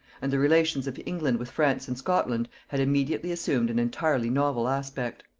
and the relations of england with france and scotland had immediately assumed an entirely novel aspect.